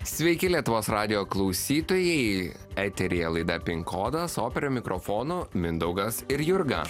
sveiki lietuvos radijo klausytojai eteryje laida pin kodas o prie mikrofonų mindaugas ir jurga